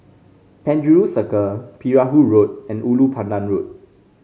Penjuru Circle Perahu Road and Ulu Pandan Road